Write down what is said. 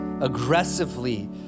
aggressively